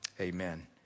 Amen